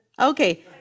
Okay